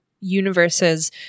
universes